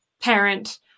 parent